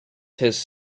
his